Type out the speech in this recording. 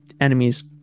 enemies